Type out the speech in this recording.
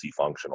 multifunctional